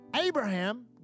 Abraham